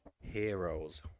heroes